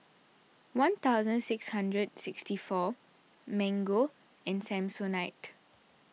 one thousand six hundred sixty four Mango and Samsonite